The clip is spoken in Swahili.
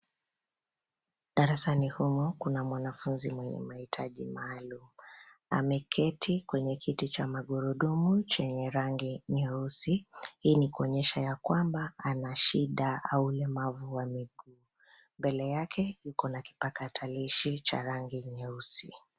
Darasani humu kuna mwanafunzi mwenye mahitaji maalum. Ameketi kwenye kiti cha magurudumu chenye rangi nyeusi. Hii ni kuonyesha ya kwamba ana shida au ulemavu wa miguu. Mbele yake kuna kipakatalishi cha rangi nyeusi.